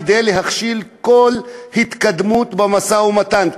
כדי להכשיל כל התקדמות במשא-ומתן,